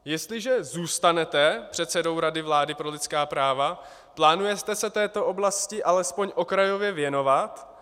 Jestliže zůstanete předsedou Rady vlády pro lidská práva, plánujete se této oblasti alespoň okrajově věnovat?